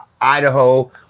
Idaho